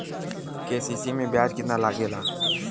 KCC में ब्याज कितना लागेला?